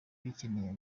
bikeneye